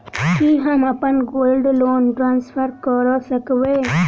की हम अप्पन gold loan transfer करऽ सकबै?